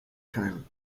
time